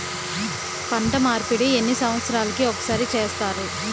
పంట మార్పిడి ఎన్ని సంవత్సరాలకి ఒక్కసారి చేస్తారు?